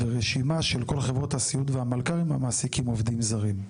רשימה של כל חברות הסיעוד והמלכ"רים המעסיקים עובדים זרים.